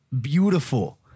beautiful